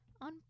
on